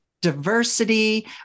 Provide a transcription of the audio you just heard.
diversity